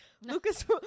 Lucas